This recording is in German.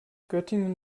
göttingen